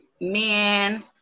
men